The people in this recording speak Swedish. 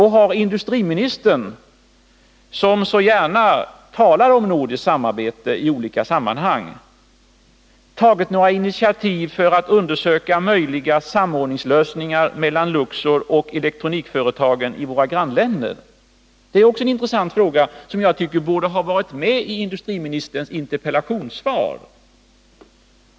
Har industriministern, som så gärna talar om nordiskt samarbete i olika sammanhang, tagit några initiativ för att undersöka möjliga lösningar i form av samordning mellan Luxor och elektronikföretagen i våra grannländer? Det är också en intressant fråga, som jag tycker borde ha varit med i industriministerns interpellationssvar.